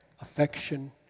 affection